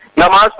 la la